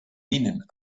minen